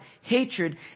hatred